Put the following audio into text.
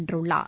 வென்றுள்ளார்